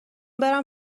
برم